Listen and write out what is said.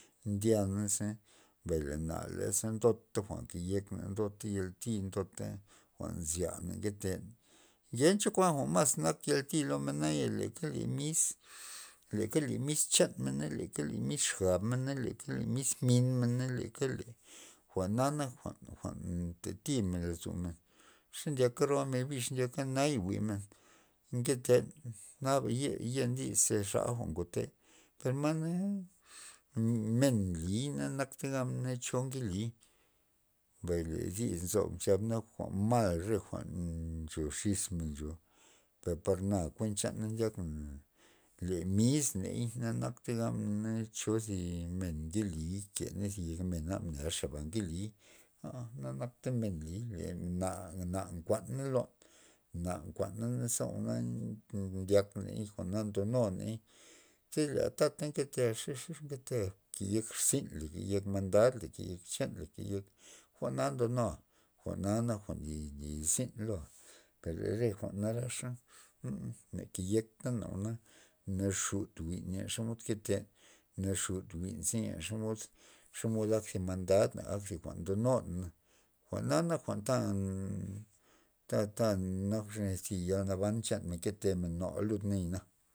Ndyanaza mbay le naza ndota jwa'n nke yekna ndota yalti ndota jwa'n nzyana nketen ngencho jwa'n mas yati lo men naya le mis le miska na le mis xabmen ka gabmen le miska min mena le miska jwa'na nak jwa'n- jwa'n nta timen lozomen xe ndyaka roa men bix na naya jwi'men nketen naba yen yiz xa jwa'n ngote per na men liy nak men ncho nkeliy mbay le dis nzo nchab- nchab n ajwa'n mal jwa'n ncho xis men per par kuen chana ndyak le mis ney nana naktey cho zi men nkeliy teyia zi yek mena xaba nke liy na nak tamen nliy na- na nkuana lon na nkuana za jwa'na ndyak ney jwa'na ndo nuney zi is tata nketea xexe nketea yek rzynla mandanla keyek chanla keyek la jwa'na ndonua jwa'na nak jwa'n lizin loa' per le re jwa'n narax na keyek natana jwa'na naxud jwi' xomod nketen xud jwi'n xomod- xomod ak zi mandad ak zi jwa'n ndonun jwa'na nak jwa'n ta- ta nak zi yal banan chanmen nketemen noa ludna.